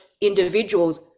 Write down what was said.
individuals